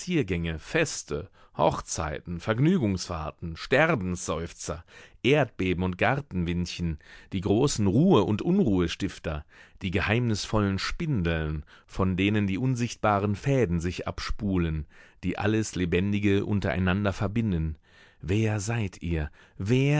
feste hochzeiten vergnügungsfahrten sterbensseufzer erdbeben und gartenwindchen die großen ruhe und unruhestifter die geheimnisvollen spindeln von denen die unsichtbaren fäden sich abspulen die alles lebendige untereinander verbinden wer seid ihr